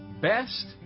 best